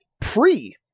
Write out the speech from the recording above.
pre